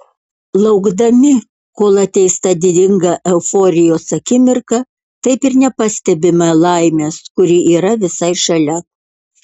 laukdami kol ateis ta didinga euforijos akimirka taip ir nepastebime laimės kuri yra visai šalia